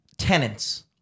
tenants